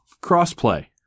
cross-play